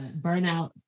burnout